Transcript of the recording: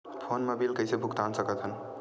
Phone मा bill कइसे भुक्तान साकत हन?